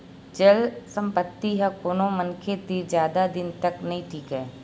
चल संपत्ति ह कोनो मनखे तीर जादा दिन तक नइ टीकय